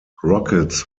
rockets